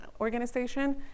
organization